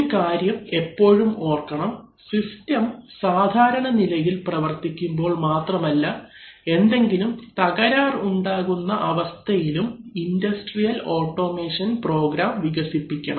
ഒരു കാര്യം എപ്പോഴും ഓർക്കണം സിസ്റ്റം സാധാരണ നിലയിൽ പ്രവർത്തിക്കുമ്പോൾ മാത്രമല്ല എന്തെങ്കിലും തകരാർ ഉണ്ടാകുന്ന അവസ്ഥയിലും ഇൻഡസ്ട്രിയൽ ഓട്ടോമേഷൻ പ്രോഗ്രാം വികസിപ്പിക്കണം